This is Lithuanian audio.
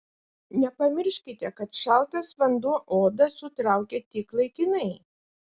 nepamirškite kad šaltas vanduo odą sutraukia tik laikinai